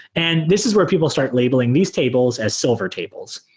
and this is where people start labeling these tables as silver tables.